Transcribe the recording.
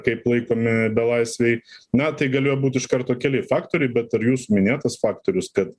kaip laikomi belaisviai na tai galėjo būt iš karto keli faktoriai bet ir jūsų minėtas faktorius kad